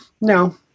no